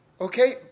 Okay